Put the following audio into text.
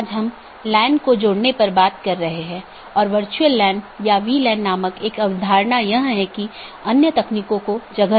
जैसा कि हम पिछले कुछ लेक्चरों में आईपी राउटिंग पर चर्चा कर रहे थे आज हम उस चर्चा को जारी रखेंगे